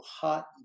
hot